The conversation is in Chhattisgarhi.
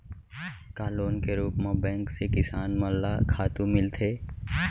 का लोन के रूप मा बैंक से किसान मन ला खातू मिलथे?